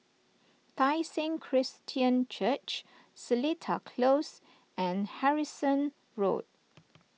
Tai Seng Christian Church Seletar Close and Harrison Road